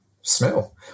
smell